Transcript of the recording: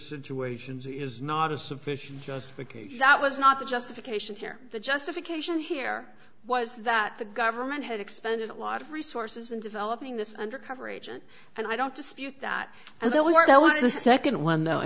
situations it is not a sufficient justification that was not the justification here the justification here was that the government had expended a lot of resources in developing this undercover agent and i don't dispute that and that was the second one though i